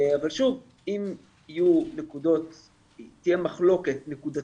אבל שוב, אם תהיה מחלוקת נקודתית,